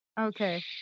Okay